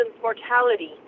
mortality